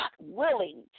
willing